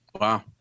Wow